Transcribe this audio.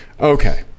Okay